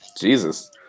Jesus